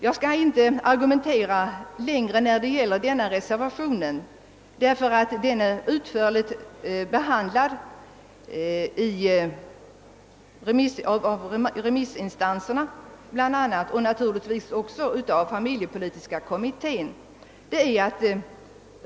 Jag skall inte argumentera längre om den reservationen; motivet för de föreslagna 30 dagarna är utförligt behandlat av remissinstanserna och givetvis också av familjepolitiska kommittén.